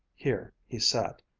here he sat,